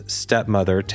stepmother